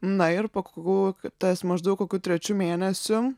na ir pakukų ties maždaug kokiu trečiu mėnesiu